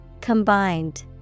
Combined